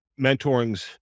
mentorings